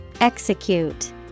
Execute